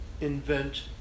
invent